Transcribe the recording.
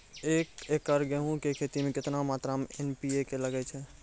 एक एकरऽ गेहूँ के खेती मे केतना मात्रा मे एन.पी.के लगे छै?